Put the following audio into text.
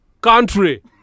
country